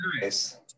nice